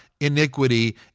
Iniquity